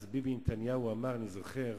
אז ביבי נתניהו אמר, אני זוכר,